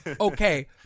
Okay